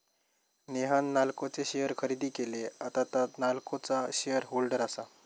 नेहान नाल्को चे शेअर खरेदी केले, आता तां नाल्कोचा शेअर होल्डर आसा